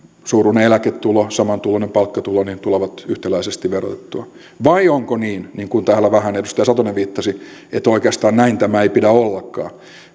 samansuuruinen eläketulo ja samantuloinen palkkatulo tulevat yhtäläisesti verotettua vai onko niin niin kuin täällä vähän edustaja satonen viittasi että oikeastaan näin tämän ei pidä ollakaan